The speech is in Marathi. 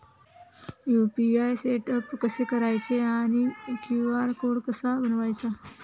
यु.पी.आय सेटअप कसे करायचे आणि क्यू.आर कोड कसा बनवायचा?